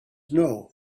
know